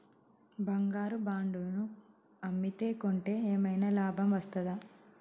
బంగారు బాండు ను అమ్మితే కొంటే ఏమైనా లాభం వస్తదా?